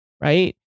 Right